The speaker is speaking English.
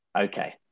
okay